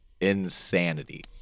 insanity